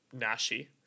Nashi